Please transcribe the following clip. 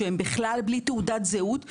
שהם בכלל בלי תעודת זהות,